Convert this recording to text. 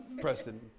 Preston